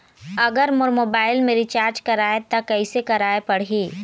अगर मोर मोबाइल मे रिचार्ज कराए त कैसे कराए पड़ही?